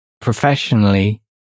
professionally